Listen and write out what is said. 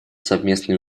совместные